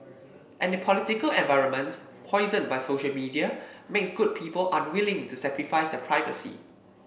and the political environment poisoned by social media makes good people unwilling to sacrifice their privacy